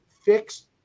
fixed